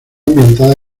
ambientada